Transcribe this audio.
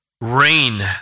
rain